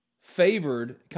favored